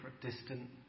distant